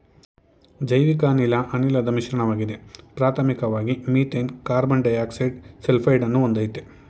ಜೈವಿಕಅನಿಲ ಅನಿಲದ್ ಮಿಶ್ರಣವಾಗಿದೆ ಪ್ರಾಥಮಿಕ್ವಾಗಿ ಮೀಥೇನ್ ಕಾರ್ಬನ್ಡೈಯಾಕ್ಸೈಡ ಸಲ್ಫೈಡನ್ನು ಹೊಂದಯ್ತೆ